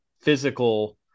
physical